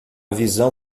visão